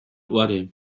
orgel